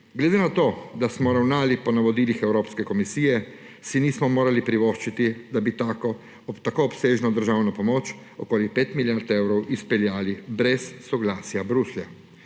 Glede na to, da smo ravnali po navodilih Evropske komisije, si nismo mogli privoščiti, da bi tako obsežno državno pomoč, okoli 5 milijard evrov, izpeljali brez soglasja Bruslja.